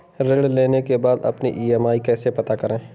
ऋण लेने के बाद अपनी ई.एम.आई कैसे पता करें?